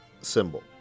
symbol